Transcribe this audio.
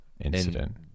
incident